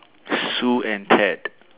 Sue and cat